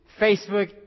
Facebook